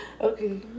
Okay